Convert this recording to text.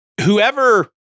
whoever